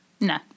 No